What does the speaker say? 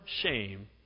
shame